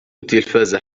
التلفاز